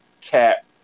Cap